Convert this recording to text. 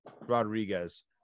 rodriguez